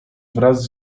wraz